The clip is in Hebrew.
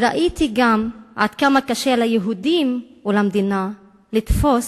ראיתי גם עד כמה קשה ליהודים או למדינה לתפוס